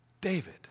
David